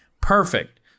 perfect